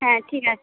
হ্যাঁ ঠিক আছে